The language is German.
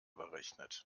berechnet